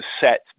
set